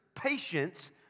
patience